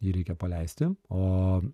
jį reikia paleisti o